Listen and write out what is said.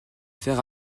faire